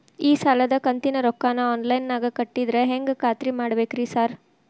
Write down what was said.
ಈ ಸಾಲದ ಕಂತಿನ ರೊಕ್ಕನಾ ಆನ್ಲೈನ್ ನಾಗ ಕಟ್ಟಿದ್ರ ಹೆಂಗ್ ಖಾತ್ರಿ ಮಾಡ್ಬೇಕ್ರಿ ಸಾರ್?